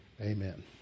Amen